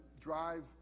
drive